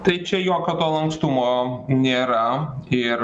tai čia jokio to lankstumo nėra ir